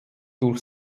durch